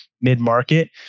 mid-market